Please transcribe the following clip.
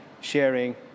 sharing